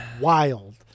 wild